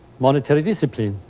monetary discipline,